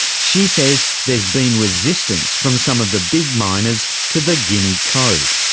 she says there's been resistance from some of the big miners to the guinea code.